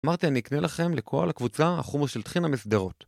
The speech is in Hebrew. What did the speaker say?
אמרתי אני אקנה לכם לכל הקבוצה החומוס של טחינה בשדרות